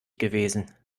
gewesen